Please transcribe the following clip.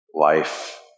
Life